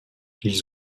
ils